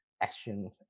action